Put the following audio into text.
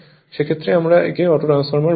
সেক্ষেত্রে আমরা একে অটো ট্রান্সফরমার বলি